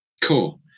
Cool